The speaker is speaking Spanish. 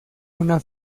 una